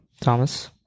Thomas